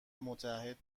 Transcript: متعهد